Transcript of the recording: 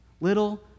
Little